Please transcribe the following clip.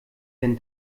denn